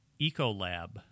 Ecolab